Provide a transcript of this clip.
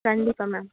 கண்டிப்பாக மேம்